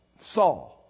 Saul